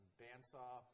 bandsaw